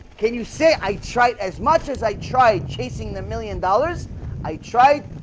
can you say i tried as much as i tried chasing the million dollars i tried?